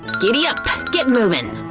giddyup! get moving!